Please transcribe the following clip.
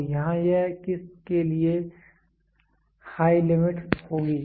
तो यहाँ यह किस के लिए हाई लिमिट होगी